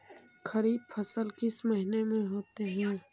खरिफ फसल किस महीने में होते हैं?